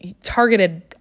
targeted